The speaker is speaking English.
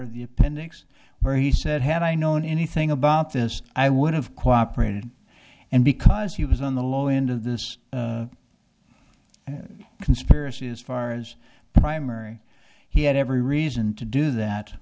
of the appendix where he said had i known anything about this i would have cooperated and because he was on the low end of this conspiracy as far as primary he had every reason to do that